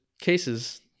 cases